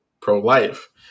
pro-life